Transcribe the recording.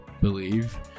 believe